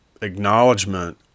acknowledgement